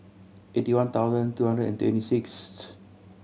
eighty one thousand two hundred and twenty sixth